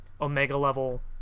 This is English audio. Omega-level